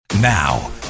Now